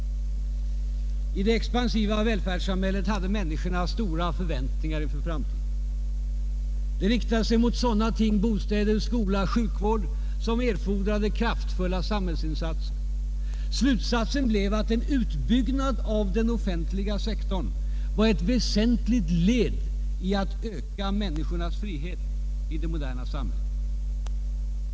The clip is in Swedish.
I det expansiva välfärdssamhället hade människorna stora förväntningar inför framtiden och de förväntningarna riktade sig mot sådana ting som bostäder, skolor och sjukvård, vilka fordrade kraftfulla samhällsinsatser. Och slutsatsen blev att en utbyggnad av den offentliga sektorn var ett väsentligt led när det gällde att öka människornas frihet i det moderna samhället.